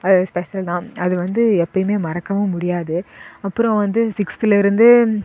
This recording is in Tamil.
அது ஸ்பெஷல் தான் அது வந்து எப்போயுமே மறக்கவும் முடியாது அப்றம் வந்து சிக்ஸ்த்தில் இருந்தே